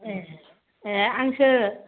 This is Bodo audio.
ए हा आंसो